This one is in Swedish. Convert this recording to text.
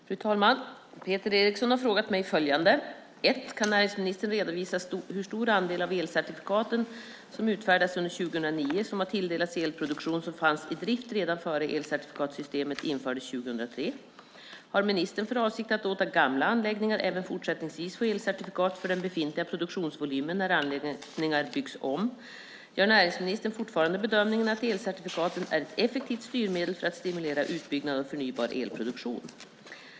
Fru talman! Peter Eriksson har frågat mig följande: 1. Kan näringsministern redovisa hur stor andel av elcertifikaten som utfärdats under 2009 som har tilldelats elproduktion som fanns i drift redan innan elcertifikatssystemet infördes 2003? 2. Har ministern för avsikt att låta gamla anläggningar även fortsättningsvis få elcertifikat för den befintliga produktionsvolymen när anläggningar byggs om? 3. Gör näringsministern fortfarande bedömningen att elcertifikaten är ett effektivt styrmedel för att stimulera utbyggnad av förnybar elproduktion?